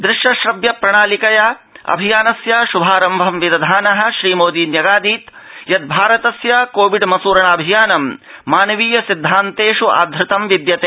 दुश्य श्रव्य प्रणालिकया अभियानस्य शुभारम्भं विदधानः श्रीमोदी न्यगादीत यद भारतस्य कोविड़ मसुरणाऽभियानं मानवीय सिद्धान्तेष् आधारितं विद्यते